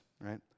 right